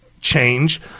change